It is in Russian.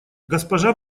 госпожа